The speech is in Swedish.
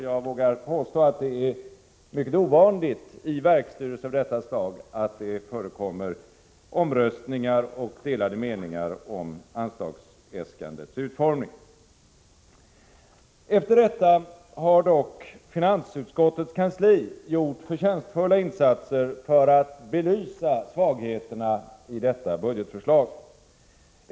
Jag vågar påstå att det är mycket ovanligt att det i verksstyrelsen förekommer omröstningar och delade meningar om anslagsäskandets utformning. Sedan har dock finansutskottets kansli gjort förtjänstfulla insatser för att belysa svagheterna i detta budgetförslag.